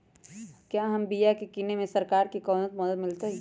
क्या हम बिया की किने में सरकार से कोनो मदद मिलतई?